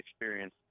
experience